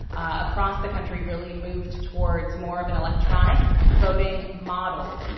across the country, really moved towards more of an electronic voting model.